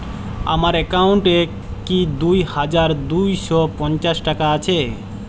আমার অ্যাকাউন্ট এ কি দুই হাজার দুই শ পঞ্চাশ টাকা আছে?